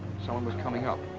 someone was coming up.